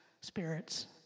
spirits